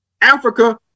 Africa